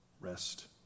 rest